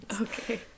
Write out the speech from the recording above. Okay